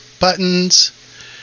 buttons